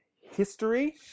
history